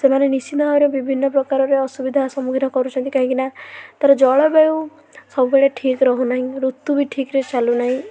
ସେମାନେ ନିଶ୍ଚିତ ଭାବରେ ବିଭିନ୍ନ ପ୍ରକାରର ଅସୁବିଧା ସମ୍ମୁଖୀନ କରୁଛନ୍ତି କାହିଁକିନା ତା'ର ଜଳବାୟୁ ସବୁବେଳେ ଠିକ ରହୁନାହିଁ ଋତୁ ବି ଠିକରେ ଚାଲୁନାହିଁ